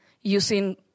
using